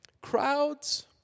Crowds